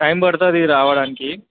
time పడుతుంది రావడానికి